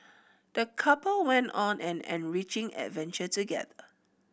the couple went on an enriching adventure together